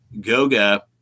Goga